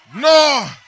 No